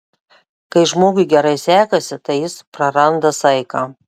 kai žmogui gerai sekasi tai jis praranda saiką